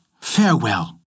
Farewell